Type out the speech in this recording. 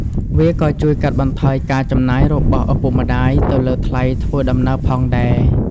វាក៏ជួយកាត់បន្ថយការចំណាយរបស់ឪពុកម្តាយទៅលើថ្លៃធ្វើដំណើរផងដែរ។